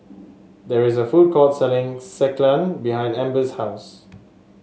there is a food court selling Sekihan behind Ambers' house